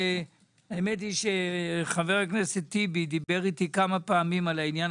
האמת היא שחבר הכנסת טיבי דיבר איתי כמה פעמים על עניין